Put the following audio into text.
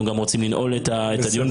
אנחנו גם רוצים לנעול את הדיון.